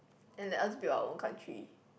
and let us build our own country